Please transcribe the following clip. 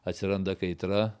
atsiranda kaitra